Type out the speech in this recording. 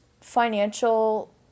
financial